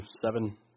seven